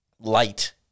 light